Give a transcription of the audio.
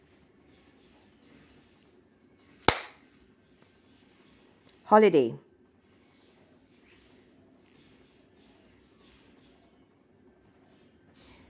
holiday